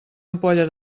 ampolla